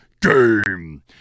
game